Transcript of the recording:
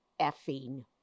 effing